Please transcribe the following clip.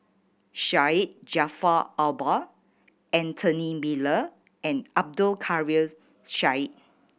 Syed Jaafar Albar Anthony Miller and Abdul Kadir Syed